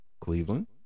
Cleveland